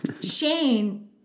Shane